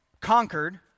conquered